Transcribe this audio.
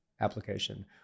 application